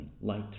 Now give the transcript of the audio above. light